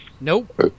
Nope